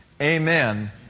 Amen